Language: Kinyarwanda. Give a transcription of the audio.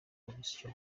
urusyo